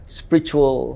spiritual